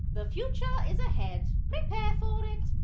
the future is ahead, prepare for it.